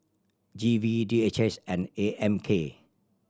G V D H S and A M K